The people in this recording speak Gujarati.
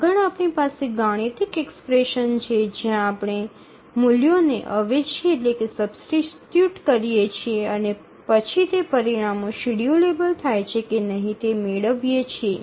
આગળ આપણી પાસે ગાણિતિક એક્સપ્રેશન છે જ્યાં આપણે મૂલ્યોને અવેજી કરીએ છીએ અને પછી તે પરિણામો શેડ્યૂલેબલ થાય છે કે નહીં તે મેળવીએ છીએ